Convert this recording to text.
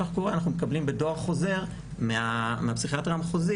אנחנו מקבלים בדואר חוזר מהפסיכיאטר המחוזי